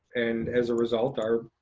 and as a result are,